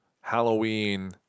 Halloween